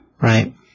Right